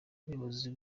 ubuyobozi